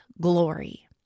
glory